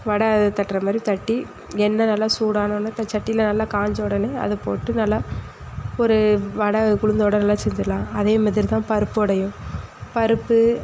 வடை தட்டுற மாதிரி தட்டி எண்ணெய் நல்லா சூடானோடன அந்த சட்டியில் நல்லா காய்ஞ்ச உடனே அதை போட்டு நல்லா ஒரு வடை உளுந்த வடை நல்லா செஞ்சிடலாம் அதே மாதிரி தான் பருப்பு வடையும் பருப்பு